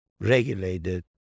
regulated